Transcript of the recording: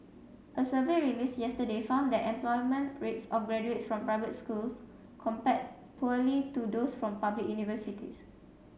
a survey released yesterday found that employment rates of graduates from private schools compared poorly to those from public universities